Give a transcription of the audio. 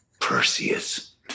Perseus